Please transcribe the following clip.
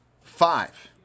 five